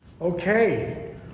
Okay